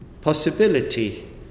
possibility